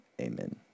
Amen